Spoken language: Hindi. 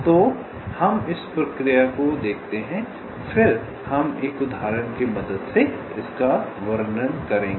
तो हम इस प्रक्रिया को देखते हैं फिर हम एक उदाहरण की मदद से इसका वर्णन करेंगे